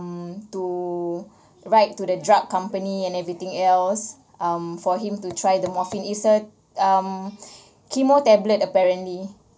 um to write to the drug company and everything else um for him to try the morphine is a um chemo tablet apparently